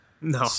No